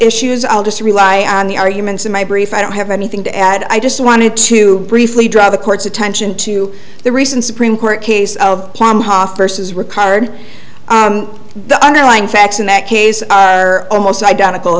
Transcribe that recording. issues i'll just rely on the arguments in my brief i don't have anything to add i just wanted to briefly draw the court's attention to the recent supreme court case of hospices recovered the underlying facts in that case almost identical